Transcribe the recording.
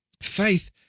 faith